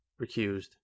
recused